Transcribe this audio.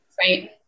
Right